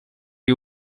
you